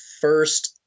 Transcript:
first